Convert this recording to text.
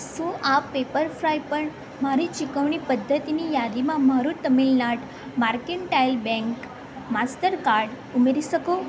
શું આપ પેપરફ્રાય પર મારી ચુકવણી પદ્ધતિની યાદીમાં મારું Tamilnad Mercantile Bank Mastercard ઉમેરી શકો